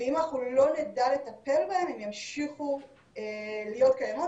ואם אנחנו לא נדע לטפל בהן הן ימשיכו להיות קיימות